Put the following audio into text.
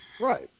Right